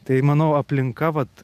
tai manau aplinka vat